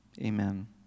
amen